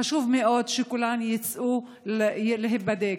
חשוב מאוד שכולן יצאו להיבדק.